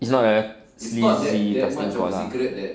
it's not a sleazy casting call ah